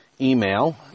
email